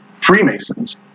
Freemasons